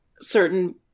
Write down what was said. certain